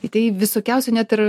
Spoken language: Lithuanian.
i tai visokiausių net ir